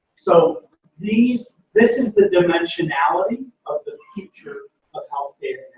so these. this is the dimensionality of the picture of health data